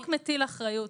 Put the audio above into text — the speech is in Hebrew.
החוק מטיל אחריות.